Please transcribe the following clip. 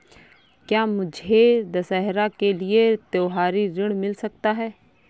क्या मुझे दशहरा के लिए त्योहारी ऋण मिल सकता है?